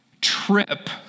trip